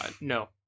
no